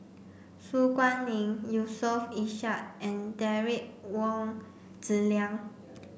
Su Guaning Yusof Ishak and Derek Wong Zi Liang